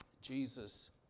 Jesus